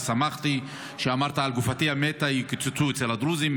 ושמחתי שאמרת: על גופתי המתה יקצצו אצל הדרוזים.